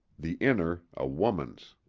the inner a woman's.